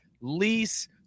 lease